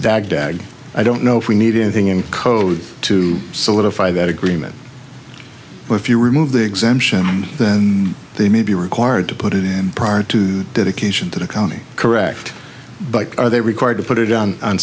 dad dad i don't know if we need anything in code to solidify that agreement but if you remove the exemption then they may be required to put it in prior to dedication to the county correct but are they required to put it on